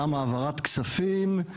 גם העברת כספים,